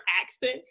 accent